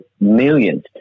millions